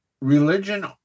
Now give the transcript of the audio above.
religion